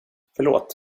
förlåt